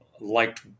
liked